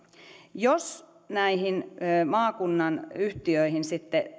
jos maakunnan yhtiöt on sitten